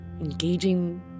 Engaging